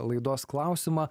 laidos klausimą